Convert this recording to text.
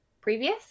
previous